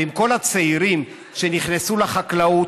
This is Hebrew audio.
ועם כל הצעירים שנכנסו לחקלאות,